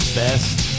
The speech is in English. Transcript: best